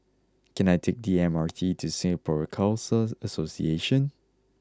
can I take the M R T to Singapore Khalsa Association